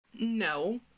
No